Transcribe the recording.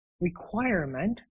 Requirement